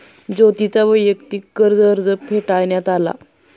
ज्योतीचा वैयक्तिक कर्ज अर्ज फेटाळण्यात आला